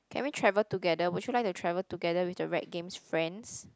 can we travel together would you like to travel together with the rec games friends